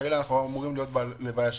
חלילה אנחנו אמורים להיות בלוויה שלהם.